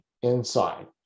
inside